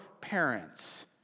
parents